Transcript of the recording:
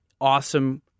awesome